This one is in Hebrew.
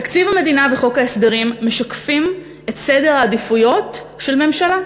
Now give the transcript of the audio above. תקציב המדינה וחוק ההסדרים משקפים את סדר העדיפויות של ממשלה.